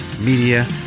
Media